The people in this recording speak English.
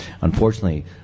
unfortunately